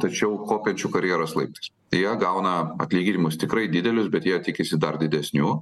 tačiau kopiančių karjeros laiptais jie gauna atlyginimus tikrai didelius bet jie tikisi dar didesnių